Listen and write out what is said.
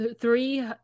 three